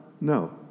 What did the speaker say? no